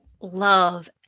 love